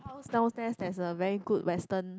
house downstairs there's a very good western